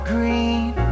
Green